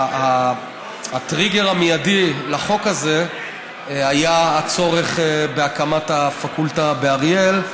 הטריגר המיידי לחוק הזה היה הצורך בהקמת הפקולטה באריאל.